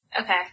Okay